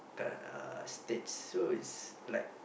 k~ uh states so it's like